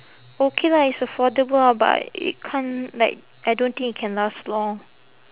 okay lah it's affordable ah but it can't like I don't think it can last long